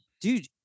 dude